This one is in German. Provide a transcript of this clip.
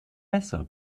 besser